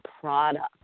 product